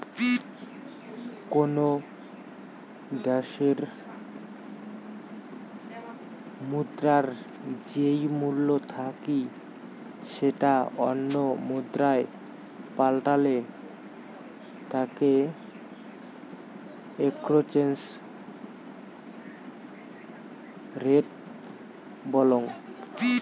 কোনো দ্যাশের মুদ্রার যেই মূল্য থাকি সেটা অন্য মুদ্রায় পাল্টালে তাকে এক্সচেঞ্জ রেট বলং